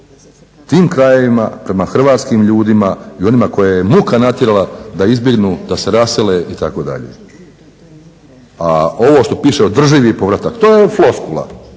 tim krajevima, prema hrvatskim ljudima i onima koje je muke natjerala da izbjegnu, da se rasele itd. A ovo što piše održivi povratak, to je floskula,